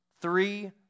Three